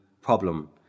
problem